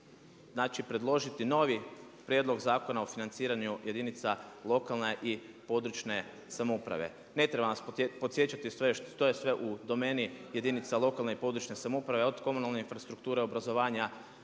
mjeseca predložiti novi Prijedlog zakona o financiranju jedinica područne i lokalne samouprave. Ne trebam vas podsjećati što je sve u domeni jedinica lokalne i područne samouprave od komunalne infrastrukture, obrazovanja,